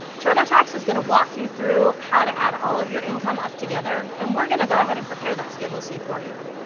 turbotax is gonna walk you through how to add all of your income up together, and we're gonna go ahead and prepare that schedule c for you.